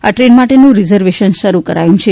આ ટ્રેન માટેનું રીઝર્વેશન શરુ કરાયું છે